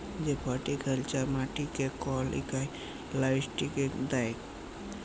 যে ফার্টিলাইজার মাটিকে কল ইকটা লিউট্রিয়েল্ট দ্যায়